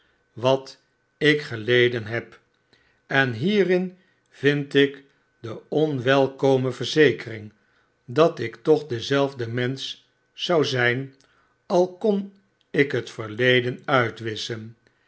wat ik geleden heb en hierin vind ik de onwelkome verzekering dat ik toch dezelfde mensch zou zijn al kon ik het verledene uitwisschen